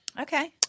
Okay